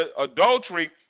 adultery